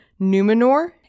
Numenor